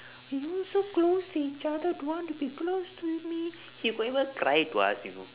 you so close to each other don't want to be close to me he could even cry to us you know